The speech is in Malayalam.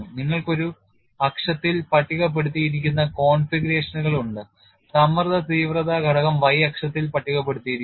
നിങ്ങൾക്ക് ഒരു അക്ഷത്തിൽ പട്ടികപ്പെടുത്തിയിരിക്കുന്ന കോൺഫിഗറേഷനുകൾ ഉണ്ട് സമ്മർദ്ദ തീവ്രത ഘടകം y അക്ഷത്തിൽ പട്ടികപ്പെടുത്തിയിരിക്കുന്നു